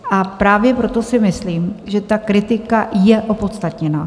A právě proto si myslím, že ta kritika je opodstatněná.